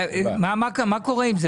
מה קורה עם זה?